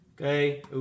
Okay